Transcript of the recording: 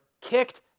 kicked